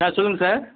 ஆ சொல்லுங்க சார்